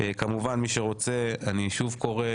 כמובן מי שרוצה אני שוב קורא,